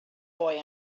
boy